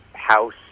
house